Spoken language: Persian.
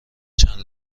چند